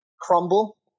crumble